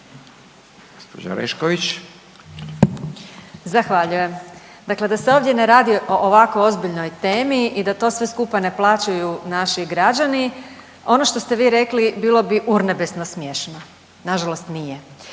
i prezimenom)** Zahvaljujem. Dakle da se ovdje ne radi o ovako ozbiljnoj temi i da to sve skupa ne plaćaju naši građani, ono što ste vi rekli, bilo bi urnebesno smiješno, nažalost nije.